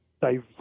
diverse